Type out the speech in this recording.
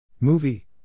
Movie